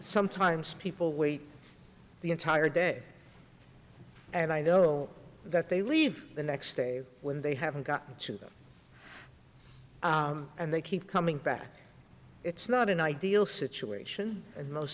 sometimes people wait the entire day and i know that they leave the next day when they haven't gotten to them and they keep coming back it's not an ideal situation and most